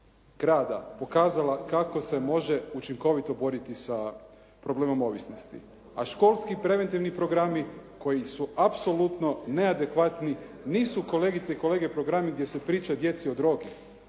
grada pokazala kako se može učinkovito boriti sa problemom ovisnosti. A školski preventivni programi koji su apsolutno neadekvatni nisu kolegice i kolege programi gdje se priča djeci o drogi.